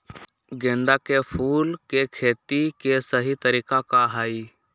गेंदा के फूल के खेती के सही तरीका का हाई?